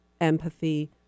empathy